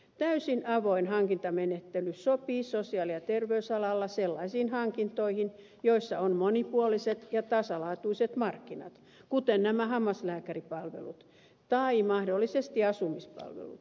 täysin avoin hankintamenettely sopii sosiaali ja terveysalalla sellaisiin hankintoihin joissa on monipuoliset ja tasalaatuiset markkinat kuten nämä hammaslääkäripalvelut tai mahdollisesti asumispalvelut